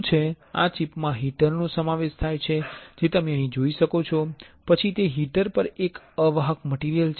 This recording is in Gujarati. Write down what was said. આ ચિપમાં હીટર નો સમાવેશ થાય છે જે તમે અહીં જોઈ શકો છો અને પછી તે હીટર પર એક અવાહક મટીરિયલ છે